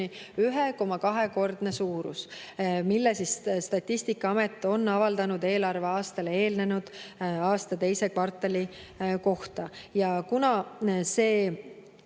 1,2‑kordne suurus, mille Statistikaamet on avaldanud eelarveaastale eelnenud aasta II kvartali kohta. Kuna